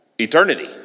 eternity